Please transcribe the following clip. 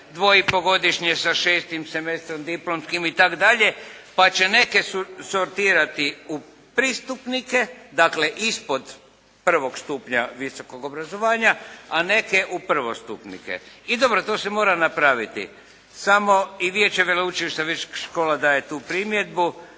dvoipogodišnje sa šestim semestrom diplomskim itd. pa će neke sortirati u pristupnice, dakle ispod prvog stupnja visoko obrazovanja, a neke u prvostupnike. I dobro, to se mora napraviti samo i vijeće veleučilišta visokih škola daje tu primjedbu,